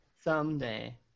Someday